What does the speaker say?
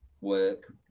work